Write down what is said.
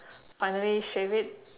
finally shave it